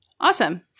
Awesome